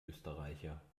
österreicher